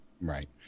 Right